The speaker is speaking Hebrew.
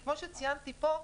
כי כמו שציינתי פה,